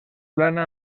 plana